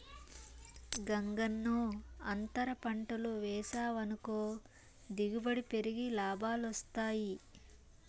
గంగన్నో, అంతర పంటలు వేసావనుకో దిగుబడి పెరిగి లాభాలొస్తాయి